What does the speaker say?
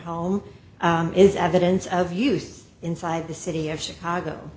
home is evidence of use inside the city of chicago